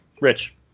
Rich